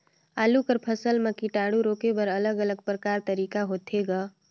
आलू कर फसल म कीटाणु रोके बर अलग अलग प्रकार तरीका होथे ग?